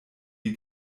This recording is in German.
die